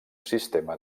sistema